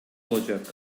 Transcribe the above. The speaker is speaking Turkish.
olacak